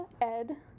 Ed